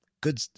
good